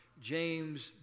James